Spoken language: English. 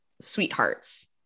sweethearts